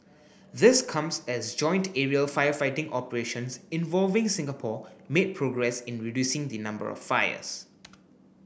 this comes as joint aerial firefighting operations involving Singapore made progress in reducing the number of fires